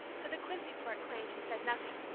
to the quincy-port claim she said nothing.